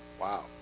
wow